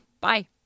Bye